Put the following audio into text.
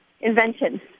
invention